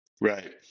Right